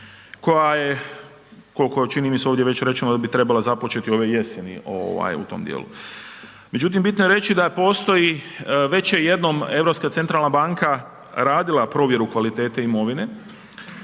koja je kolko čini mi se ovdje već rečeno da bi trebala započeti ove jeseni u tom dijelu. Međutim, bitno je reći da postoji, već je jednom Europska centralna banka radila provjeru kvalitete imovine,